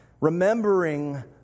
Remembering